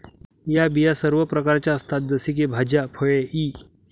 या बिया सर्व प्रकारच्या असतात जसे की भाज्या, फळे इ